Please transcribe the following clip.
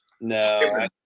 no